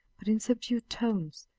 but in subdued tones,